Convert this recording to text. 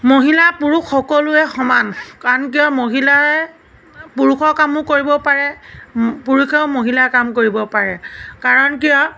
মহিলা পুৰুষ সকলোৱে সমান কাৰণ কিয় মাহিলাই পুৰুষৰ কামো কৰিব পাৰে পুৰুষেও মহিলাৰ কাম কৰিব পাৰে কাৰণ কিয়